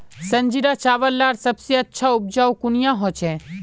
संजीरा चावल लार सबसे अच्छा उपजाऊ कुनियाँ होचए?